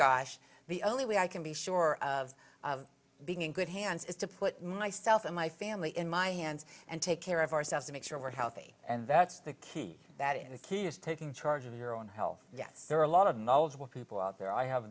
gosh the only way i can be sure of being in good hands is to put myself and my family in my hands and take care of ourselves to make sure we're healthy and that's the key that and key is taking charge of your own health yes there are a lot of knowledgeable people out there i have